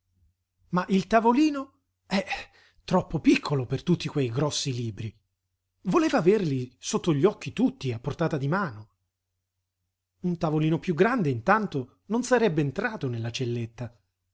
ma il tavolino eh troppo piccolo per tutti quei grossi libri voleva averli sotto gli occhi tutti a portata di mano un tavolino piú grande intanto non sarebbe entrato nella celletta